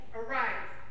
arise